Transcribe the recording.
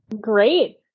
Great